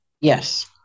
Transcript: Yes